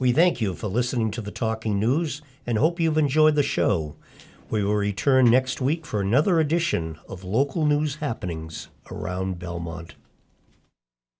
we thank you for listening to the talking news and hope you've enjoyed the show we were return next week for another edition of local news happening around belmont